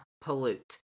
pollute